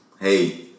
hey